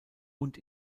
und